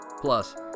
Plus